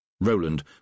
Roland